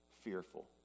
fearful